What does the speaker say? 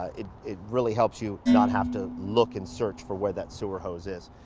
ah it it really helps you not have to look and search for where that sewer hose is.